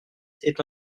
est